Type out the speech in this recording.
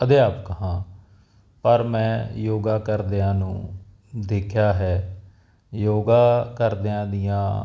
ਅਧਿਆਪਕ ਹਾਂ ਪਰ ਮੈਂ ਯੋਗਾ ਕਰ ਦਿਆਂ ਨੂੰ ਦੇਖਿਆ ਹੈ ਯੋਗਾ ਕਰਦਿਆਂ ਦੀਆਂ